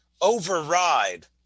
override